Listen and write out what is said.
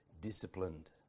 disciplined